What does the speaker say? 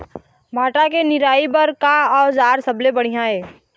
भांटा के निराई बर का औजार सबले बढ़िया ये?